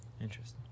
Interesting